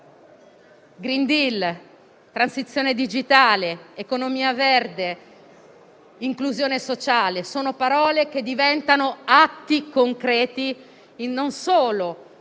*Green deal*, transizione digitale, economia verde, inclusione sociale sono parole che diventano atti concreti non solo